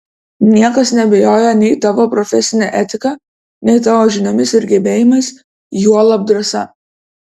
niekas neabejoja nei tavo profesine etika nei tavo žiniomis ir gebėjimais juolab drąsa